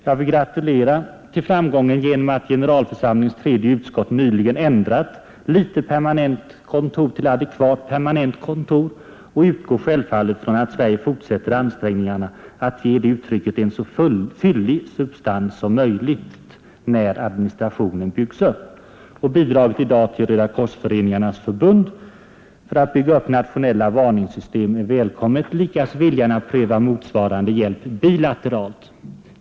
Jag vill gratulera till framgången att generalförsamlingens tredje utskott nyligen ändrat ”litet” permanent kontor till ”adekvat” permanent kontor och utgår självfallet från att Sverige fortsätter ansträngningarna att ge det uttrycket en så fyllig substans som möjligt när administrationen byggs upp. Bidraget i dag till Rödakorsföreningarnas förbund för att bygga upp nationella varningssystem välkomnas, likaså viljan att pröva motsvarande hjälp via FN eller bilateralt.